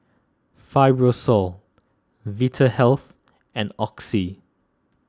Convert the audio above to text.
Fibrosol Vitahealth and Oxy